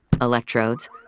electrodes